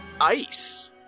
ice